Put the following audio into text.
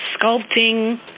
sculpting